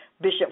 Bishop